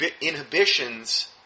inhibitions